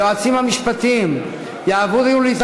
היועצים המשפטיים יעבירו לי את